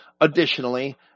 Additionally